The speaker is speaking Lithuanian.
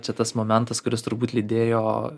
čia tas momentas kuris turbūt lydėjo